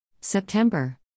September